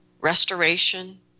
restoration